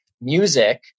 music